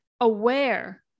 aware